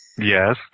Yes